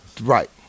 Right